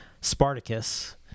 Spartacus